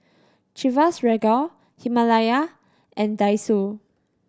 Chivas Regal Himalaya and Daiso